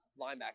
linebacker